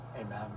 Amen